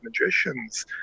magicians